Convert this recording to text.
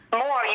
more